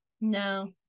no